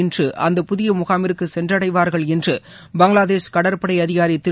இன்று அந்த புதிய முகாமிற்கு சென்றடைவார்கள் என்று பங்களாதேஷ் கடற்படை அதிகாரி திரு